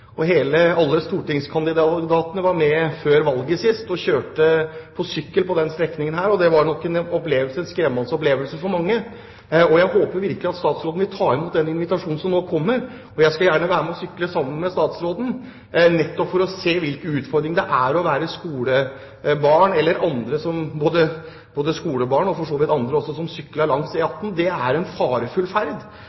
Alle stortingskandidatene var med før valget sist og kjørte på sykkel på denne strekningen, og det var nok en skremmende opplevelse for mange. Jeg håper virkelig at statsråden vil ta imot den invitasjonen som kommer, og jeg skal gjerne være med og sykle sammen med statsråden, nettopp for å se hvilken utfordring det er å være skolebarn eller andre og sykle langs E18. Det er en farefull ferd, som jeg har lyst til å utfordre statsråden til å bli med på, sånn at